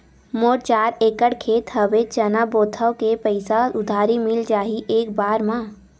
मोर चार एकड़ खेत हवे चना बोथव के पईसा उधारी मिल जाही एक बार मा?